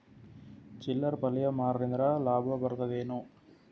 ಚಿಲ್ಲರ್ ಪಲ್ಯ ಮಾರಿದ್ರ ಲಾಭ ಬರತದ ಏನು?